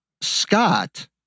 Scott